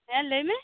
ᱦᱮᱸ ᱞᱟᱹᱭᱢᱮ